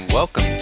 Welcome